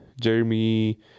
Jeremy